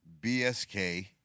BSK